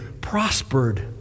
prospered